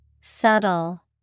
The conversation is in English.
Subtle